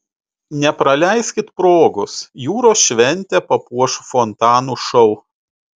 nepraleiskit progos jūros šventę papuoš fontanų šou